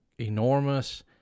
enormous